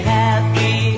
happy